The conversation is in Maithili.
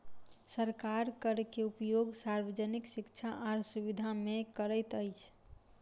सरकार कर के उपयोग सार्वजनिक शिक्षा आर सुविधा में करैत अछि